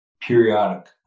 periodic